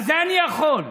אני יכול,